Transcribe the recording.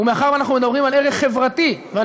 ומאחר שאנחנו מדברים על ערך חברתי ועל